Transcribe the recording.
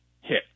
hit